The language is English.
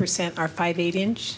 percent are five eight inch